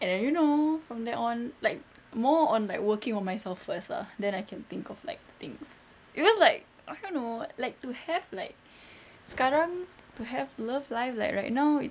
and then you know from there on like more on like working on myself first lah then I can think of like things cause like I don't know like to have like sekarang to have love life like right now